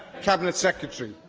cabinet secretary?